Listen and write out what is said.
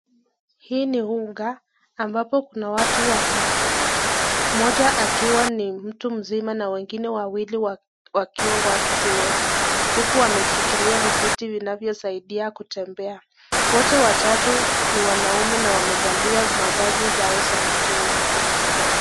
Hii ni uga, ambapo kuna watu watatu, mmoja akiwa ni tu mzima na wengine wawili wakiwa watu viwete ,huku wameshikilia vijiti vinavyo saidia kutembea. Wote watatu ni wanaume na wamevalia mavazi zao za mchezo.